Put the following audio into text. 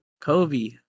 Kobe